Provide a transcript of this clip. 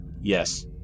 Yes